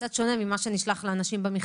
קצת שונה ממה שנשלח לאנשים במכתב.